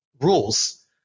rules